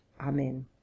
Amen